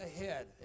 ahead